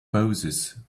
poses